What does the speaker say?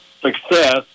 success